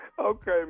Okay